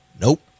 Nope